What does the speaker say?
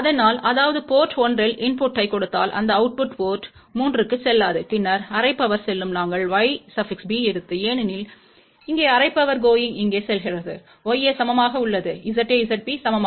அதனால்அதாவது port 1 இல் இன்புட்டைக் கொடுத்தால் எந்த அவுட்புட் போர்ட் 3 க்குச் செல்லாது பின்னர் அரை பவர் செல்லும் நாங்கள் yb எடுத்து ஏனெனில் இங்கே அரை பவர் கோயிங் இங்கே செல்கிறதுya சமமாகஅல்லது ZaZb சமமாக